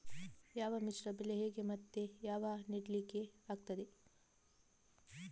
ಯಾವ ಮಿಶ್ರ ಬೆಳೆ ಹೇಗೆ ಮತ್ತೆ ಯಾವಾಗ ನೆಡ್ಲಿಕ್ಕೆ ಆಗ್ತದೆ?